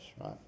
right